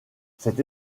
cette